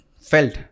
felt